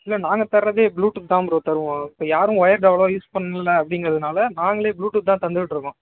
இல்லை நாங்கள் தர்றதே ப்ளூடூத் தான் ப்ரோ தருவோம் இப்போ யாரும் ஒயர்டு அவ்வளோவோ யூஸ் பண்ணல அப்படிங்கிறதுனால நாங்களே ப்ளூடூத் தான் தந்துட்டுருக்கோம்